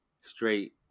straight